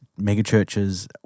megachurches